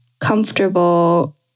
comfortable